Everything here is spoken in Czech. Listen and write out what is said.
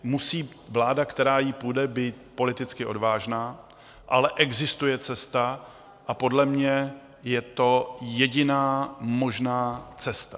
Musí vláda, která jí půjde, být politicky odvážná, ale existuje cesta a podle mě je to jediná možná cesta.